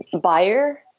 buyer